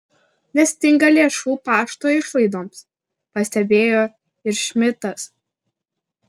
nestinga lėšų pašto išlaidoms pastebėjo ir šmidtas